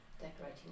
decorating